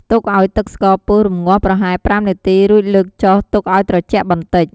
ទុកឱ្យទឹកស្ករពុះរម្ងាស់ប្រហែល ៥ នាទី រួចលើកចុះទុកឱ្យត្រជាក់បន្តិច។